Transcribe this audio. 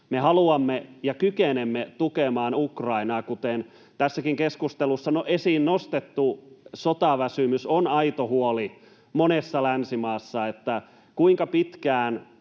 haluamme ja kykenemme tukemaan Ukrainaa. Kuten tässäkin keskustelussa on esiin nostettu, sotaväsymys on aito huoli monessa länsimaassa: kuinka pitkään